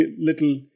little